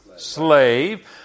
Slave